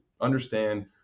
understand